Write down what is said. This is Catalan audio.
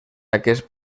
aquest